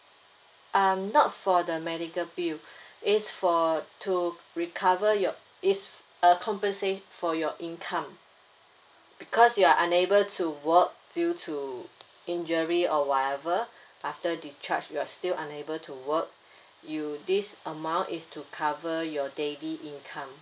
um not for the medical bill it's for to recover your it's A compensate for your income because you are unable to work due to injury or whatever after discharged you are still unable to work you this amount is to cover your daily income